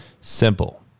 Simple